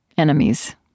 Enemies